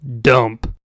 Dump